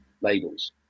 labels